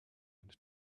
and